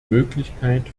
möglichkeit